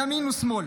ימין ושמאל,